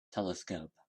telescope